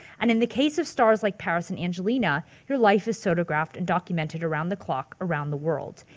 and in the case of stars like paris and angelina your life is photographed and documented around the clock, around the world.